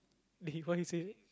did he what he say